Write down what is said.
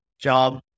job